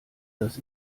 das